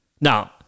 Now